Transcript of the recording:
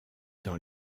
dans